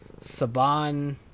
Saban